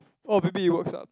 oh maybe it works uh